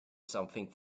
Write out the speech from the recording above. something